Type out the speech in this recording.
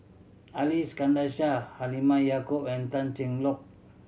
Ali Iskandar Shah Halimah Yacob and Tan Cheng Lock